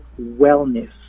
wellness